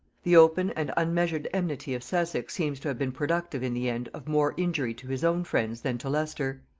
the open and unmeasured enmity of sussex seems to have been productive in the end of more injury to his own friends than to leicester.